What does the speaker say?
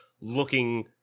looking